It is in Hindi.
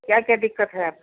क्या क्या दिक़्क़त है आप